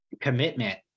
commitment